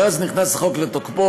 מאז נכנס החוק לתוקפו,